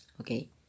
Okay